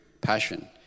passion